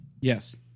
Yes